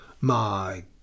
My